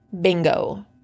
Bingo